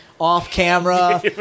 off-camera